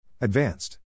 Advanced